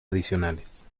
adicionales